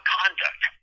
conduct